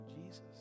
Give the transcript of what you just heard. Jesus